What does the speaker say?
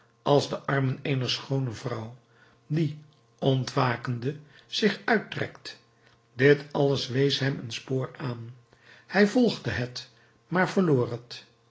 als de armen eener schoone vrouw die ontwakende zich uitrekt dit alles wees hem een spoor aan hij volgde het maar verloor